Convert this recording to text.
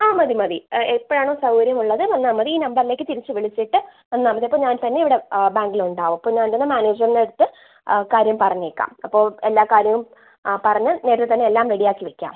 ആ മതി മതി എപ്പോഴാണോ സൗകര്യം ഉള്ളത് വന്നാൽ മതി ഈ നമ്പറിലേക്ക് തിരിച്ച് വിളിച്ചിട്ട് വന്നാൽ മതി അപ്പോൾ ഞാൻ തന്നെ ഇവിടെ ബാങ്കിൽ ഉണ്ടാവും പിന്നെ എന്തായാലും മാനേജറിൻ്റെ അടുത്ത് ആ കാര്യം പറഞ്ഞേക്കാം അപ്പോൾ എല്ലാ കാര്യവും ആ പറഞ്ഞ് നേരത്തെ തന്നെ എല്ലാം റെഡി ആക്കി വയ്ക്കാം